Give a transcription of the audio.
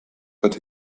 but